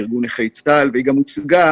לארגון נכי צה"ל והיא גם הוצגה,